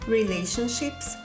relationships